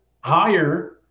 higher